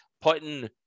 putting